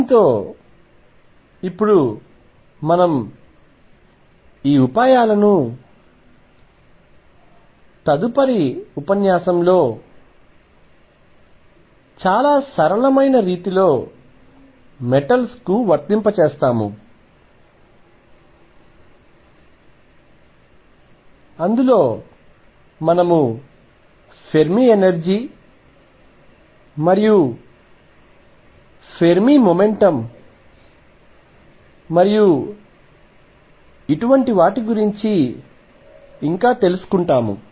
దీనితో ఇప్పుడు మనం ఈ ఉపాయాలను తదుపరి ఉపన్యాసంలో చాలా సరళమైన రీతిలో మెటల్స్ కు వర్తింపజేస్తాము అందులో మనము ఫెర్మి ఎనర్జీ మరియు ఫెర్మి మొమెంటం మరియు ఇలాంటి వాటి గురించి తెలుసుకుంటాము